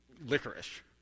licorice